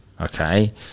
okay